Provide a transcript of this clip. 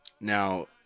Now